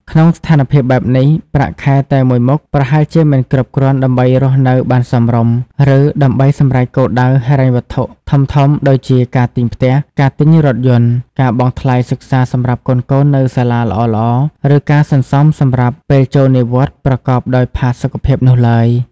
ក្នុងស្ថានភាពបែបនេះ ប្រាក់ខែតែមួយមុខប្រហែលជាមិនគ្រប់គ្រាន់ដើម្បីរស់នៅបានសមរម្យ ឬដើម្បីសម្រេចគោលដៅហិរញ្ញវត្ថុធំៗដូចជា ការទិញផ្ទះ ការទិញរថយន្ត ការបង់ថ្លៃសិក្សាសម្រាប់កូនៗនៅសាលាល្អៗ ឬការសន្សំសម្រាប់ពេលចូលនិវត្តន៍ប្រកបដោយផាសុកភាពនោះឡើយ។